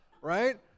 right